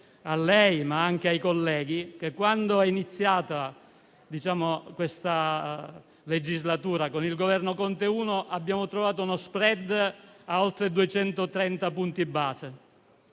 a lei, ma anche ai colleghi, che, quando è iniziata questa legislatura con il Governo Conte I, abbiamo trovato uno *spread* a oltre 230 punti base;